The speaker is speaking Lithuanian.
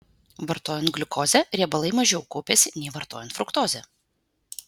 vartojant gliukozę riebalai mažiau kaupiasi nei vartojant fruktozę